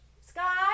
Sky